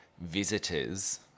visitors